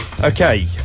Okay